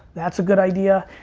that's a good idea.